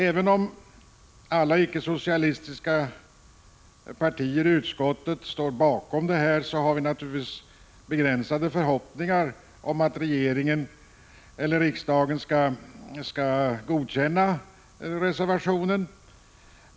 Även om alla icke-socialistiska partier i utskottet står bakom detta har vi naturligtvis begränsade förhoppningar om att regeringen eller riksdagen skall godkänna reservationen.